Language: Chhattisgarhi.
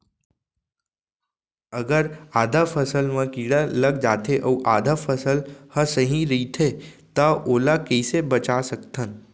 अगर आधा फसल म कीड़ा लग जाथे अऊ आधा फसल ह सही रइथे त ओला कइसे बचा सकथन?